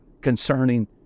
concerning